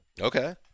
Okay